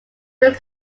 your